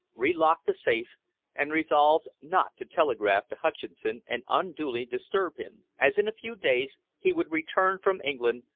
re-locked the safe and resolved not to telegraph to hutcheson and unduly disturb him, as in a few days he would return from england,